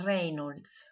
Reynolds